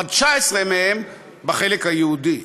אבל 19 מהן בחלק היהודי.